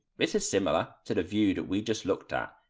this is similar to the view that we just looked at,